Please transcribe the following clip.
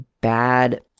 bad